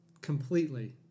completely